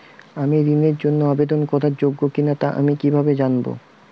আমি ঋণের জন্য আবেদন করার যোগ্য কিনা তা আমি কীভাবে জানব?